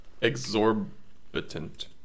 exorbitant